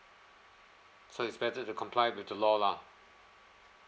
so it's better to comply with the law lah